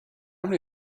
many